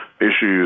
issues